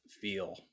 feel